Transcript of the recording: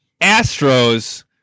Astros